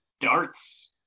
darts